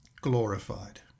glorified